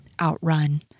outrun